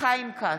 חיים כץ,